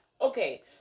Okay